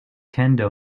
kendo